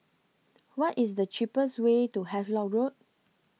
What IS The cheapest Way to Havelock Road